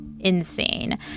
insane